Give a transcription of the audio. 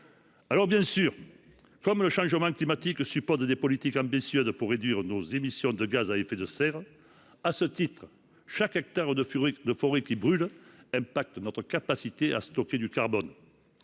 lutte contre le changement climatique exige des politiques ambitieuses pour réduire nos émissions de gaz à effet de serre. À ce titre, chaque hectare de forêt qui brûle nuit à notre capacité de stocker du carbone.